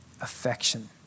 affection